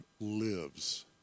lives